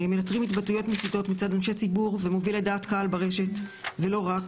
מנטרים התבטאויות מסיתות מצד אנשי ציבור ומובילי דעת קהל ברשת ולא רק,